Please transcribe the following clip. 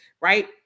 right